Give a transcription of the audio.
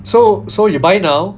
so so you buy now